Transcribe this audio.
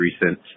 recent